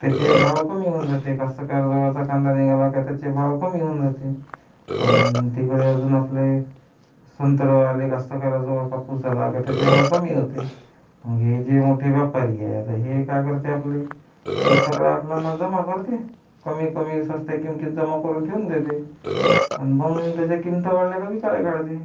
त्याचे भाव कमी होऊन जाते कष्टकर्याजवळचा कांदा निघाला का त्याचे भाव कमी होऊन जाते आणि तिकडे अजून आपले संत्र आले कष्टकऱ्याजवळ कापूस आला का त्याचे भाव कमी होते मग हे जे मोठे व्यापारी आहेत आता हे काय करते आपले हे सगळं आपला माल जमा करते कमी कमी स्वस्त किमतीत जमा करून ठेवून देते आणि मग त्याच्या किमत्या वाढल्या का विकायला काढते